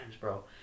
bro